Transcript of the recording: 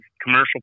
commercial